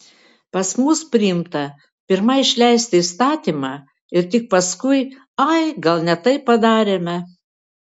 pas mus priimta pirma išleisti įstatymą ir tik paskui ai gal ne taip padarėme